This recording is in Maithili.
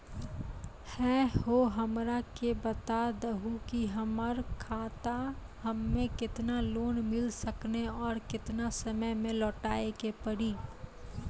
है हो हमरा के बता दहु की हमार खाता हम्मे केतना लोन मिल सकने और केतना समय मैं लौटाए के पड़ी?